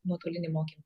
nuotolinį mokymą